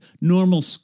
Normal